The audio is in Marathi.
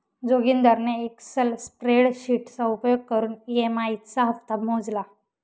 जोगिंदरने एक्सल स्प्रेडशीटचा उपयोग करून ई.एम.आई चा हप्ता मोजला